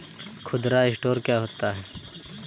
खुदरा स्टोर क्या होता है?